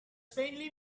faintly